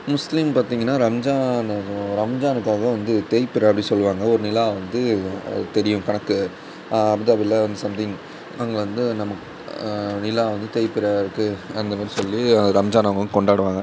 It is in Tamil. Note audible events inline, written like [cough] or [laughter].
முஸ்லீம் பார்த்தீங்கன்னா ரம்ஜான் [unintelligible] ரம்ஜானுக்காக வந்து தேய்பிறை அப்படின்னு சொல்லுவாங்க ஒரு நிலா வந்து அது தெரியும் கணக்கு அபுதாபியில் வந்து சம்திங் அங்கே வந்து நமக் நிலா வந்து தேய்பிறை இருக்குது அந்தமாதிரி சொல்லி ரம்ஜான் அவங்க வந்து கொண்டாடுவாங்க